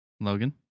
Logan